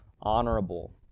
honorable